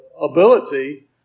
ability